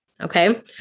Okay